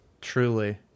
Truly